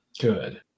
good